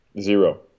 Zero